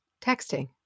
texting